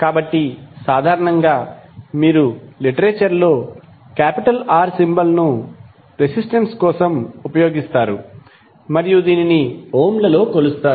కాబట్టి సాధారణంగా మీరు లిటరేచర్ లో R సింబల్ ను సాధారణంగా రెసిస్టెన్స్ కోసం ఉపయోగిస్తారు మరియు దీనిని ఓం లలో కొలుస్తారు